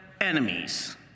enemies